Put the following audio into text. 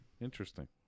Interesting